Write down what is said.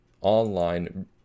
online